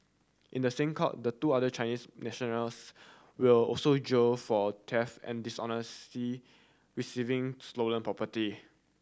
in the same court the two other Chinese nationals will also jail for theft and dishonestly receiving stolen property